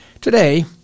Today